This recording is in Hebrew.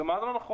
מה לא נכון?